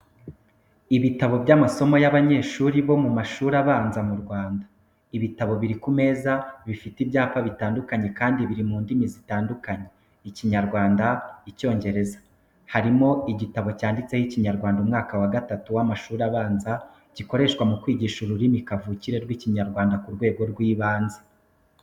Ibitabo by’amasomo y’abanyeshuri bo mu mashuri abanza mu Rwanda. Ibitabo biri ku meza bifite ibyapa bitandukanye kandi biri mu ndimi zitandukanye Ikinyarwanda, Icyongereza. Harimo igitabo cyanditseho Ikinyarwanda umwaka wa gatatu w'amashuri abanza gikoreshwa mu kwigisha ururimi kavukire rw’Ikinyarwanda ku rwego rw’ibanze.